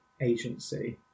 agency